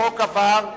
החוק עבר,